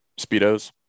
Speedos